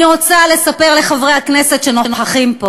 אני רוצה לספר לחברי הכנסת שנוכחים פה